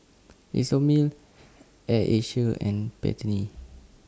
Isomil Air Asia and Pantene